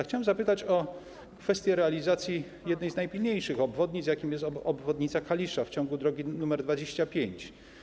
Chciałbym zapytać o kwestię realizacji jednej z najpilniejszych obwodnic, jaką jest obwodnica Kalisza w ciągu drogi nr 25.